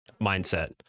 mindset